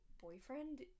boyfriend